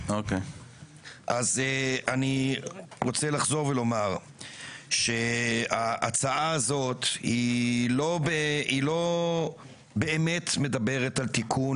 אז אני רוצה לחזור ולומר שההצעה הזאת היא לא באמת מדברת על תיקון